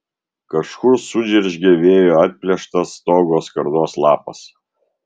kažkur sudžeržgė vėjo atplėštas stogo skardos lapas